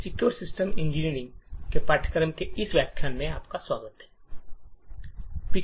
secure system engineering के पाठ्यक्रम के इस व्याख्यान में स्वागत करते हैं